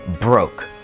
broke